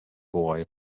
boy